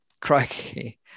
crikey